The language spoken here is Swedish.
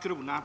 18.